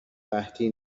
قحطی